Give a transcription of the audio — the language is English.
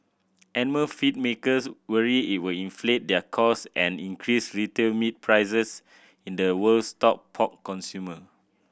animal feed makers worry it will inflate their cost and increase retail meat prices in the world's top pork consumer